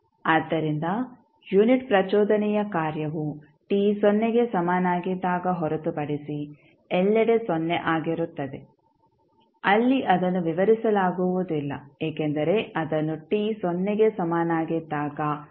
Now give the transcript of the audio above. ಆದ್ದರಿಂದ ಯುನಿಟ್ ಪ್ರಚೋದನೆಯ ಕಾರ್ಯವು t ಸೊನ್ನೆಗೆ ಸಮನಾಗಿದ್ದಾಗ ಹೊರತುಪಡಿಸಿ ಎಲ್ಲೆಡೆ ಸೊನ್ನೆ ಆಗಿರುತ್ತದೆ ಅಲ್ಲಿ ಅದನ್ನು ವಿವರಿಸಲಾಗುವುದಿಲ್ಲ ಏಕೆಂದರೆ ಅದನ್ನು t ಸೊನ್ನೆಗೆ ಸಮನಾಗಿದ್ದಾಗ ವ್ಯಾಖ್ಯಾನಿಸಲಾಗುವುದಿಲ್ಲ